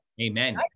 Amen